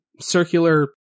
circular